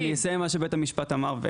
אני אסיים את מה שבית המשפט אמר.